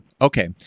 Okay